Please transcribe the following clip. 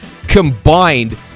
combined